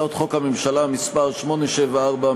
ה"ח הממשלה מס' 874,